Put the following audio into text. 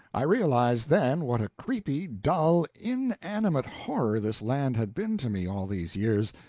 i realized, then, what a creepy, dull, inanimate horror this land had been to me all these years,